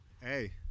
hey